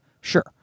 Sure